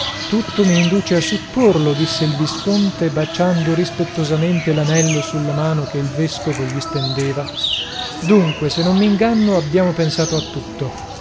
tutto mi induce a supporto disse il visconte baciando rispettosamente l'anello sulla mano che il vescovo gli stendeva dunque se non m'inganno abbiamo pensato a tutto